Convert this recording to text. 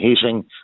heating